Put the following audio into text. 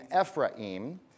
Ephraim